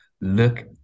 look